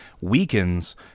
weakens